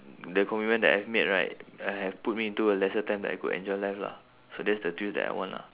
the commitment that I've made right I have put me into a lesser time that I could enjoy life lah so that's the twist that I want lah